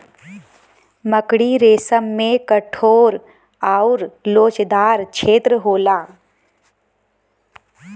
मकड़ी रेसम में कठोर आउर लोचदार छेत्र होला